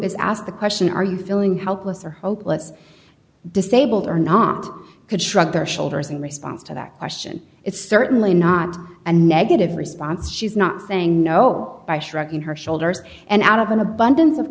is asked the question are you feeling helpless or hopeless disabled or not could shrug their shoulders in response to that question it's certainly not a negative response she's not saying no by shrugging her shoulders and out of an abundance of